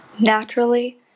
Naturally